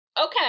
okay